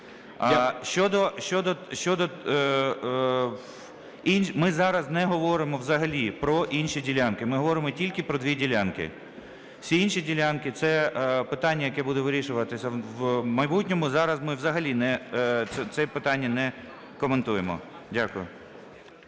Ми зараз не говоримо взагалі про інші ділянки, ми говоримо тільки про дві ділянки. Всі інші ділянки, це питання, яке буде вирішуватися в майбутньому. Зараз ми взагалі це питання не коментуємо. Дякую.